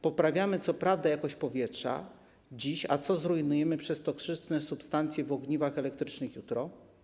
Poprawiamy dziś co prawda jakość powietrza, a co zrujnujemy przez toksyczne substancje w ogniwach elektrycznych jutro?